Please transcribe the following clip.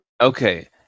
Okay